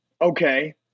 Okay